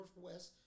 Northwest